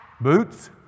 boots